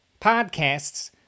podcasts